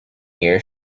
year